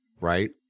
right